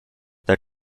that